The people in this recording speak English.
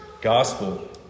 gospel